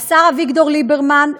השר אביגדור ליברמן,